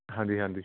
ਹਾਂਜੀ ਹਾਂਜੀ